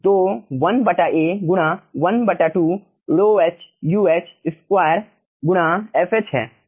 तो 1A गुणा 12 Rhoh Uh square गुणा fh हैं